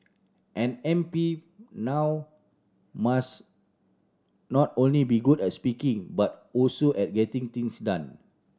an M P now must not only be good at speaking but also at getting things done